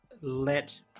let